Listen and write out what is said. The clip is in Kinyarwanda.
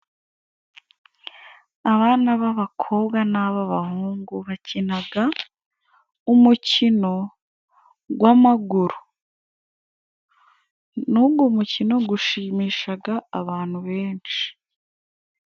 Abana b'abakobwa n'ababahungu bakinaga umukino gw' amaguru nugo mukino gushimishaga abantu benshi.